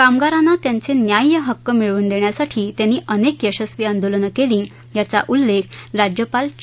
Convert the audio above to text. कामगारांना त्यांचे न्याय्य हक्क मिळवून देण्यासाठी त्यांनी अनेक यशस्वी आंदोलने केली याचा उल्लेख राज्यपाल चे